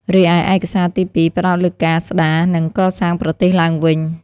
រីឯឯកសារទីពីរផ្តោតលើការស្តារ និងកសាងប្រទេសឡើងវិញ។